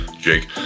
Jake